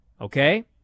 okay